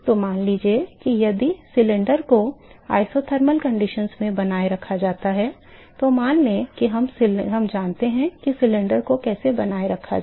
तो मान लीजिए कि यदि सिलेंडर को आइसोथर्मल परिस्थितियों में बनाए रखा जाता है तो मान लें कि हम जानते हैं कि सिलेंडर को कैसे बनाए रखा जाए